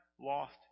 lost